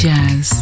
Jazz